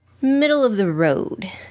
middle-of-the-road